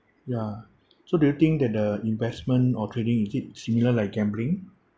ya so do you think that the investment or trading is it similar like gambling